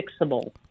fixable